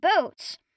boats